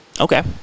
Okay